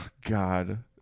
god